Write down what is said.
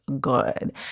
good